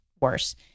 worse